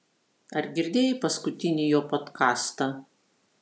ar girdėjai paskutinį jo podkastą